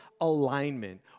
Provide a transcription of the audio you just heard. alignment